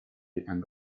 and